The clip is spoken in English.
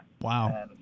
Wow